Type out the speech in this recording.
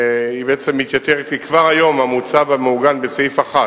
היא בעצם מתייתרת כי כבר היום זה מוצע ומעוגן בסעיף 1